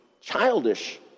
childish